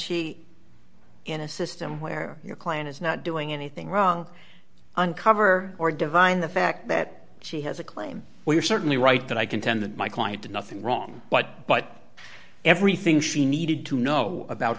she in a system where your client is not doing anything wrong uncover or divine the fact that she has a claim well you're certainly right that i contend that my client did nothing wrong but but everything she needed to know about